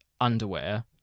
underwear